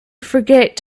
forget